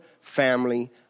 family